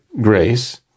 grace